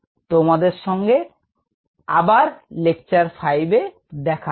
তোমাদের সঙ্গে আবার লেকচার ফাইভে দেখা হবে